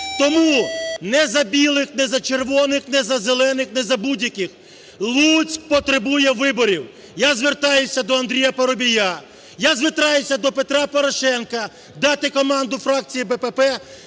Тому не за білих, не за червоних, не за зелених, не за будь-яких. Луцьк потребує виборів. Я звертаюсь до Андрія Парубія. Я звертаюся до Петра Порошенка дати команду фракції БПП